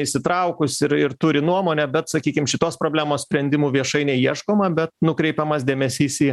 įsitraukus ir ir turi nuomonę bet sakykim šitos problemos sprendimų viešai neieškoma bet nukreipiamas dėmesys į